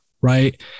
right